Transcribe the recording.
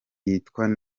yitwara